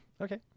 okay